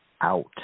out